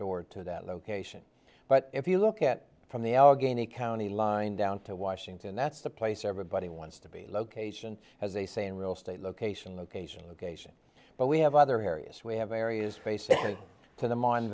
door to that location but if you look at it from the allegheny county line down to washington that's the place everybody wants to be location has a say in real estate location location location but we have other areas we have areas facing to the